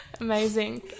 Amazing